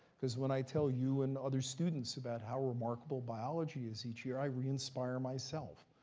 because when i tell you and other students about how remarkable biology is each year, i re-inspire myself.